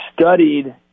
studied